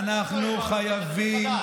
זה תקציב שאנחנו העברנו,